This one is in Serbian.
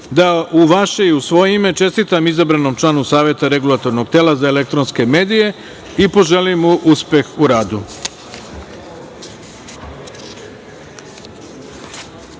da u vaše i u svoje ime čestitam izabranom članu Saveta Regulatornog tela za elektronske medije i poželim mu uspeh u radu. Došli